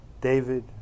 David